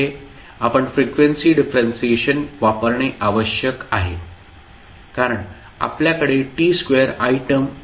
आपण frequency differentiation वापरणे आवश्यक आहे कारण आपल्याकडे t स्क्वेअर आयटम आहे